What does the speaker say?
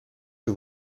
que